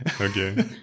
Okay